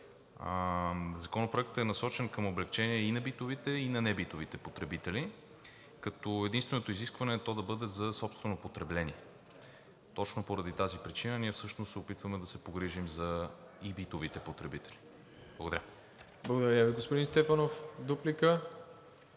Законопроектът е насочен към облекчение и на битовите, и на небитовите потребители, като единственото изискване е то да бъде за собствено потребление. Точно поради тази причина ние се опитваме да се погрижим и за битовите потребители. Благодаря. ПРЕДСЕДАТЕЛ МИРОСЛАВ ИВАНОВ: Благодаря Ви, господин Стефанов. Дуплика?